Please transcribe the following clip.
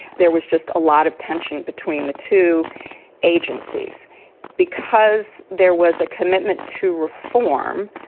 there was just a lot of tension between the two agencies because there was a commitment to reform.